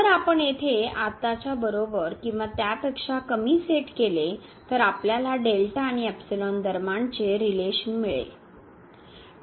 जर आपण येथे आताच्या बरोबर किंवा त्यापेक्षा कमी सेट केले तर आपल्याला आणि दरम्यानचे रिलेशन मिळेल